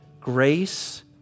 grace